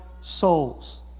souls